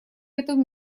этому